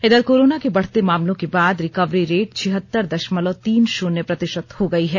इधर कोरोना के बढ़ते मामलों के बाद रिकवरी रेट छिहत्तर दषमलव तीन शुन्य प्रतिषत हो गई है